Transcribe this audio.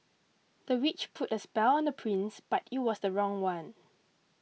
the witch put a spell on the prince but it was the wrong one